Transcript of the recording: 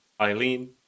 Eileen